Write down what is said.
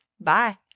Bye